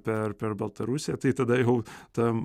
per per baltarusiją tai tada jau ta